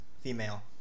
female